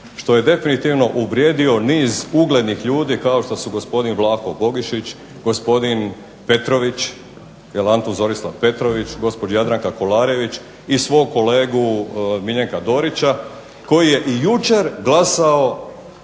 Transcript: što je definitivno uvrijedio niz uglednih ljudi kao što su gospodin Vlaho Bogišić, gospodin Antun Zorislav Petrović, gospođa Jadranka Kolarević i svog kolegu Miljenka Dorića koji je i jučer glasao